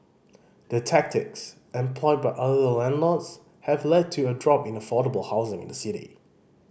the tactics employed by other landlords have led to a drop in affordable housing in the city